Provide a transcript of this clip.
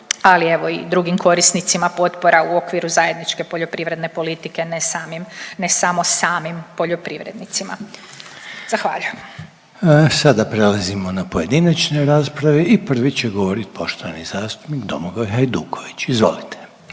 ali evo i drugim korisnicama potpora u okviru Zajedničke poljoprivredne politike, ne samim, ne samo samim poljoprivrednicima, zahvaljujem. **Reiner, Željko (HDZ)** Sada prelazimo na pojedinačne rasprave i prvi će govorit poštovani zastupnik Domagoj Hajduković, izvolite.